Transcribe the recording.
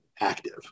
active